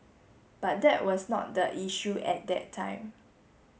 but that was not the issue at that time